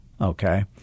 okay